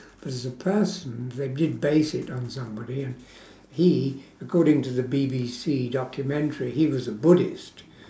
but as a person they did base it on somebody and he according to the B_B_C documentary he was a buddhist